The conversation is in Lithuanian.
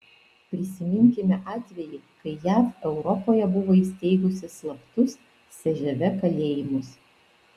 prisiminkime atvejį kai jav europoje buvo įsteigusi slaptus cžv kalėjimus